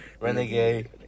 Renegade